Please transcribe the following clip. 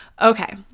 Okay